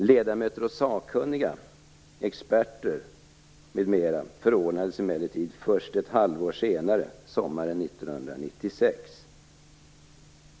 Ledamöter och sakkunniga, experter, förordnades emellertid ett halvår senare - sommaren 1996.